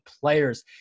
players